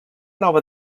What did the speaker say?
nova